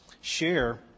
share